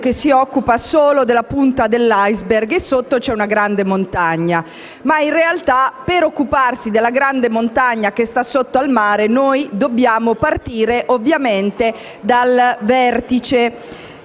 che si occupa solo della punta dell'*iceberg* e ha detto che sotto c'è una grande montagna. In realtà, per occuparsi della grande montagna che sta sotto al mare noi dobbiamo partire, ovviamente, dal vertice.